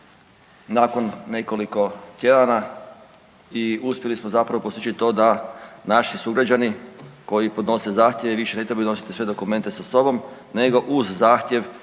nakon nekoliko tjedana i uspjeli smo zapravo postići to da naši sugrađani koji podnose zahtjeve više ne trebaju nositi sve dokumente sa sobom, nego uz zahtjev